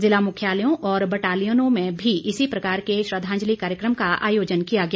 जिला मुख्यालयों और बटालियनों में भी इसी प्रकार के श्रद्धांजलि कार्यक्रम का आयोजन किया गया